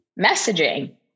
messaging